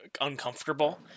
uncomfortable